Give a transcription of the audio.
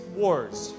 wars